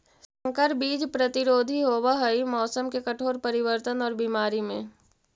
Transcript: संकर बीज प्रतिरोधी होव हई मौसम के कठोर परिवर्तन और बीमारी में